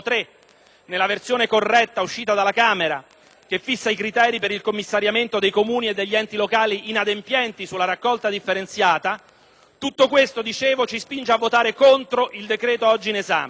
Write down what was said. nella versione corretta uscita dalla Camera, che fissa i criteri per il commissariamento dei Comuni e degli enti locali inadempienti sulla raccolta differenziata, tutto questo ci spinge a votare contro il decreto oggi in esame.